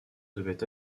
devait